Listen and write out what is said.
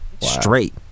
straight